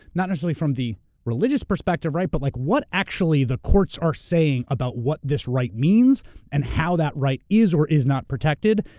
not necessarily from the religious perspective. right? but like what actually the courts are saying about what this right means and how that right is or is not protected.